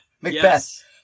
Macbeth